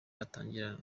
atangira